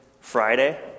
Friday